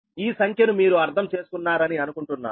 ఈ సంఖ్య ను మీరు అర్థం చేసుకున్నారని అనుకుంటున్నాను